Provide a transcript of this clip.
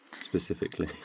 specifically